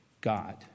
God